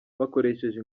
bakoresheje